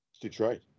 Detroit